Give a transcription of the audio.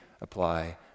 apply